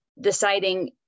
deciding